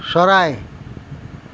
চৰাই